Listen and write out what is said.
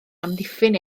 amddiffyn